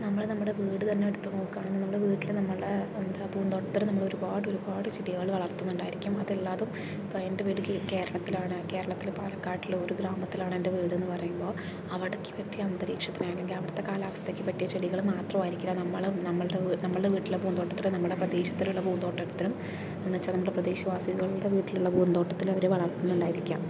നമ്മൾ നമ്മുടെ വീട് തന്നെ എടുത്തു നോക്കുകയാണെങ്കിൽ നമ്മുടെ വീട്ടിൽ നമ്മളുടെ എന്താ പൂന്തോട്ടത്തിൽ നമ്മൾ ഒരുപാട് ഒരുപാട് ചെടികൾ വളർത്തുന്നുണ്ടായിരിക്കും അത് എല്ലാ അതും ഇപ്പോൾ എൻ്റെ വീട് കേരളത്തിലാണ് കേരളത്തിൽ പാലക്കാട്ടിലെ ഒരു ഗ്രാമത്തിലാണ് എൻ്റെ വീടെന്ന് പറയുമ്പോൾ അവിടേയ്ക്ക് പറ്റിയ അന്തരീക്ഷത്തിന് അല്ലെങ്കിൽ അവിടത്തെ കാലാവസ്ഥയ്ക്ക് പറ്റിയ ചെടികൾ മാത്രമായിരിക്കില്ല നമ്മളും നമ്മളുടെ നമ്മളുടെ വീട്ടിലെ പൂന്തോട്ടത്തിലെ നമ്മുടെ പ്രദേശത്തുള്ള പൂന്തോട്ടത്തിലും എന്നു വെച്ചാൽ നമ്മുടെ പ്രദേശവാസികളുടെ വീട്ടിലുള്ള പൂന്തോട്ടത്തിലും അവര് വളർത്തുന്നുണ്ടായിരിക്കാം